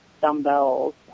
dumbbells